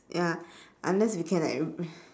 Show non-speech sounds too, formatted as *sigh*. ya unless we can like *noise*